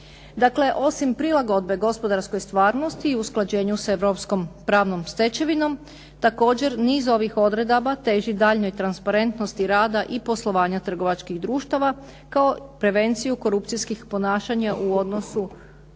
Dakle osim prilagodbe gospodarskoj stvarnosti i usklađenju s europskom pravnom stečevinom, također niz ovih odredaba teži daljnjoj transparentnosti rada i poslovanja trgovačkih društava kao prevenciju korupcijskih ponašanja u odnosu,